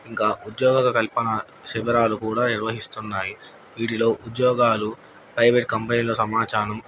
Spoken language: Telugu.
ఇంకా ఉద్యోగక కల్పన శిబరాలు కూడా నిర్వహిస్తున్నాయి వీటిలో ఉద్యోగాలు ప్రైవేట్ కంపెనీలు సమాచారం